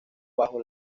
bajo